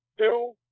two